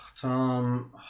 Tom